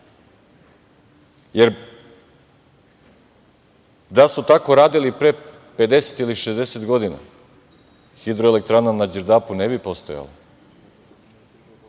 jer da su tako radili pre 50 ili 60 godina hidroeletrana na Đerdapu ne bi postojala.